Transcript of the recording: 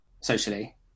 socially